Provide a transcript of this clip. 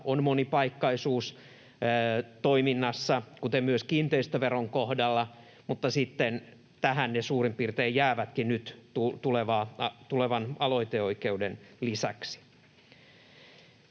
on monipaikkaisuus toiminnassa, kuten myös kiinteistöveron kohdalla, mutta tähän ne sitten suurin piirtein jäävätkin nyt tulevan aloiteoikeuden lisäksi.